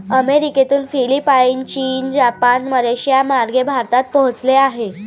अमेरिकेतून फिलिपाईन, चीन, जपान, मलेशियामार्गे भारतात पोहोचले आहे